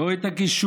לא את הכישורים,